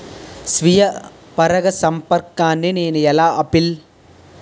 స్వీయ పరాగసంపర్కాన్ని నేను ఎలా ఆపిల్?